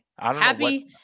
Happy